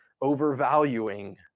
overvaluing